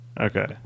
Okay